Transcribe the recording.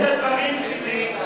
תסלחי לי,